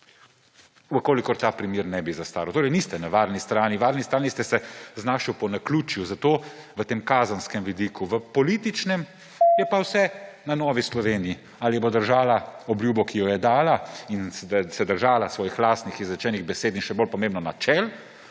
v kolikor ta primer ne bi zastaral. Torej niste na varni strani. Na varni strani ste se zato znašli po naključju v tem kazenskem vidiku, v političnem je pa vse na Novi Sloveniji; ali bo država obljubo, ki jo je dala, in se držala svojih lastnih izrečenih besed in, še bolj pomembno, načel,